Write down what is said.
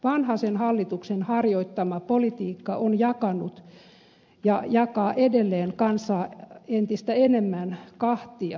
vanhasen hallituksen harjoittama politiikka on jakanut ja jakaa edelleen kansaa entistä enemmän kahtia